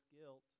guilt